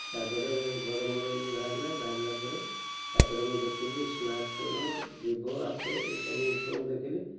ତାପରେ ବଡ଼ ମୋବାଇଲ୍ ବି ବାହାରିଲା ବାହାରିଲା ତାପରେ ମୁଁ ଦେଖିଲି ସ୍ମାର୍ଟଫୋନ୍ ଭିଭୋ ଓପୋ ଏସବୁ ଫୋନ୍ ଦେଖିଲି